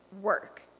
work